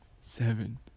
Seven